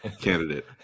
candidate